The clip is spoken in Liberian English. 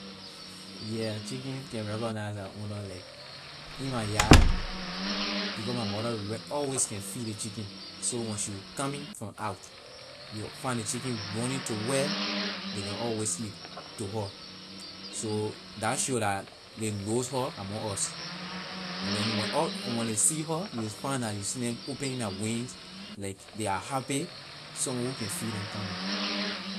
Chicken can recognize their owner like in my yard because my mother always can feed the chicken so when she coming from out you find the chicken running to where they can always eat to her so that show that they knows her among us and then when they see her you will find that you will see them opening their wings like they are happy someone who can feed them coming.